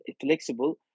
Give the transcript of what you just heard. flexible